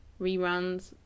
reruns